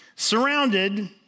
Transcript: Surrounded